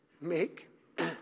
make